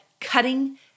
cutting